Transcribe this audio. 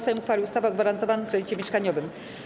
Sejm uchwalił ustawę o gwarantowanym kredycie mieszkaniowym.